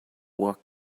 work